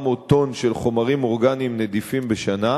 טונות של חומרים אורגניים נדיפים בשנה.